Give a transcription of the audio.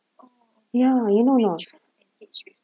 ya you know or not